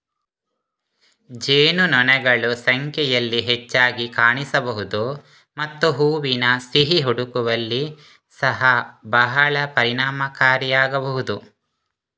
ಜೇನುನೊಣಗಳು ಸಂಖ್ಯೆಯಲ್ಲಿ ಹೆಚ್ಚಾಗಿ ಕಾಣಿಸಬಹುದು ಮತ್ತು ಹೂವಿನ ಸಿಹಿ ಹುಡುಕುವಲ್ಲಿ ಸಹ ಬಹಳ ಪರಿಣಾಮಕಾರಿಯಾಗಬಹುದು